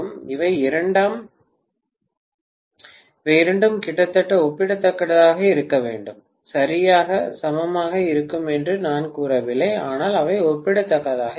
இவை இரண்டும் கிட்டத்தட்ட ஒப்பிடத்தக்கதாக இருக்க வேண்டும் சரியாக சமமாக இருக்கும் என்று நான் கூறவில்லை ஆனால் அவை ஒப்பிடத்தக்கதாக இருக்கும்